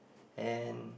and